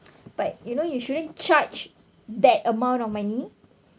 but you know you shouldn't charge that amount of money